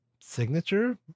Signature